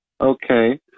Okay